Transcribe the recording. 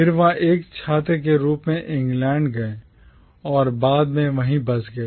फिर वह एक छात्र के रूप में England इंग्लैंड गए और बाद में वहीं बस गए